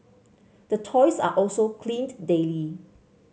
the toys are also cleaned daily